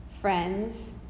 friends